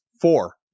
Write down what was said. four